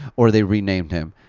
or they renamed him.